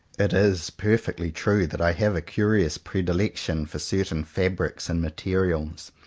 it is perfectly true that i have a curious predilection for certain fabrics and mater ials.